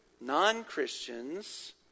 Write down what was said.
non-Christians